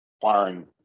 firing